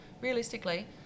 realistically